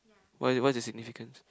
why what's it's significance